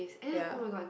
ya